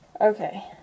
Okay